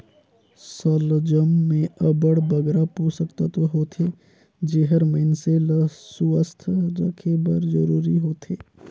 सलजम में अब्बड़ बगरा पोसक तत्व होथे जेहर मइनसे ल सुवस्थ रखे बर जरूरी होथे